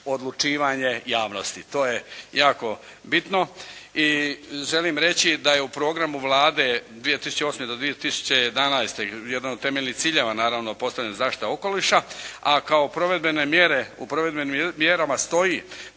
odlučivanje javnosti. To je jako bitno. I želim reći da je u programu Vlade 2008. do 2011. jedan od temeljnih ciljeva naravno postavljanje zaštite okoliša, a kao provedbene mjere, u provedbenim mjerama stoji